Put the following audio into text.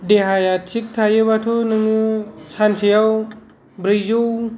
देहाया थिग थायोबाथ' नोङो सानसेयाव ब्रैजौ